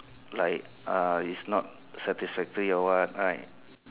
like uh is not satisfactory or what right